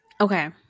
Okay